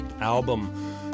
album